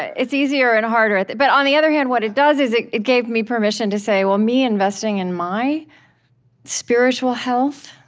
it's easier and harder. but on the other hand, what it does is, it it gave me permission to say, well, me investing in my spiritual health,